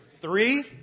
three